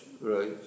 Right